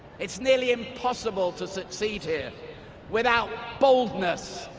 it's nearly impossible to succeed here without boldness,